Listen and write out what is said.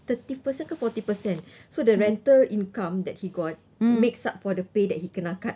thirty percent ke forty percent so the rental income that he got makes up for the pay that he kena cut